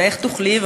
ואיך תוכלי?